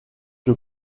que